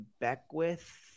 Beckwith